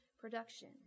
production